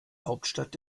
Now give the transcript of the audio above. hauptstadt